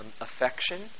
affection